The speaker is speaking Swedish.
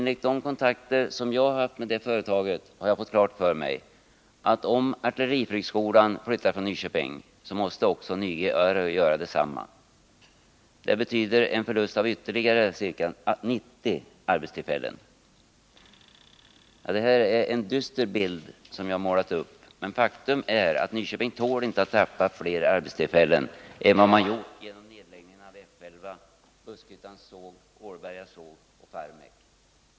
Vid mina kontakter med det företaget har jag fått klart för mig att om artilleriflygskolan flyttar från Nyköping, så måste även Nyge-Aero flytta. Det betyder en förlust av ytterligare ca 90 arbetstillfällen. Det är en dyster bild jag målat upp, men faktum är att Nyköping tål inte att tappa fler arbetstillfällen än vad man gjort genom nedläggning av F 11, Buskhyttans såg, Ålberga såg och Farmek.